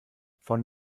von